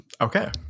Okay